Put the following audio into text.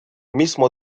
mismo